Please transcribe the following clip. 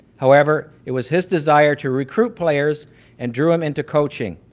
however it was his desire to recruit players and drew him into coaching.